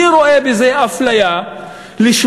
אני רואה בזה אפליה לשמה.